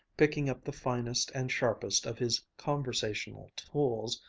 picking up the finest and sharpest of his conversational tools,